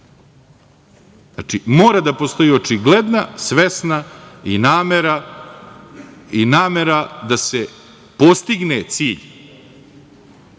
Znači, mora da postoji očigledna svesna namera da se postigne cilj,